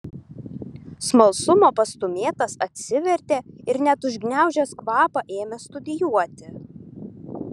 smalsumo pastūmėtas atsivertė ir net užgniaužęs kvapą ėmė studijuoti